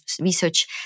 research